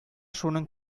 шуның